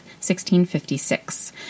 1656